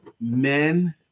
men